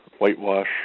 whitewash